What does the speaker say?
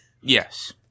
Yes